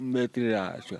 be triračio